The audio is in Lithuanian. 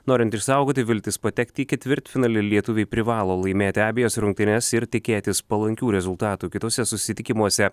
norint išsaugoti viltis patekti į ketvirtfinalį lietuviai privalo laimėti abejas rungtynes ir tikėtis palankių rezultatų kituose susitikimuose